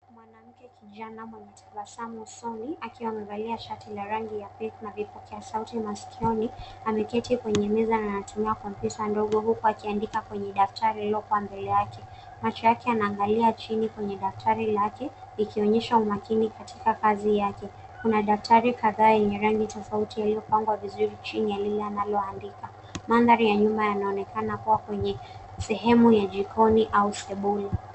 Mwanamke kijana mwenye tabasamu usoni akiwa amevalia shati la rangi ya pink na vipokea sauti masikioni, ameketi kwenye meza na anatumia kompyuta ndogo huku akiandika kwenye daftari lililopo mbele yake. Macho yake yanaangalia chini kwenye daftari lake, ikionyesha umakini katika kazi yake. Kuna daftari kadhaa yenye rangi tofauti yaliyopangwa vizuri chini ya lile analoandika. Mandhari ya nyuma yanaonekana kuwa kwenye sehemu ya jikoni au sebule.